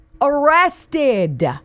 Arrested